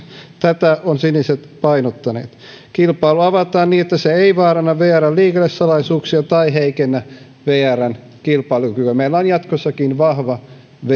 tätä ovat siniset painottaneet kilpailu avataan niin että se ei vaaranna vrn liikennesalaisuuksia tai heikennä vrn kilpailukykyä meillä on jatkossakin vahva vr